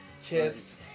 Kiss